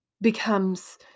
becomes